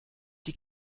die